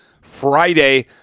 Friday